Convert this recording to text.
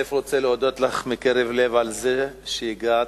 שאל את שר התעשייה,